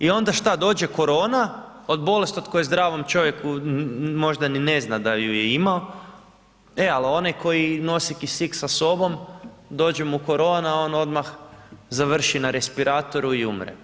I onda šta dođe korona od bolest od koje zdravom čovjeku možda ni ne zna da ju je imao, e al onaj koji nosi kisik sa sobom, dođe mu korona on odmah završi na respiratoru i umre.